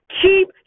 keep